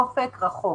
אופק רחוק.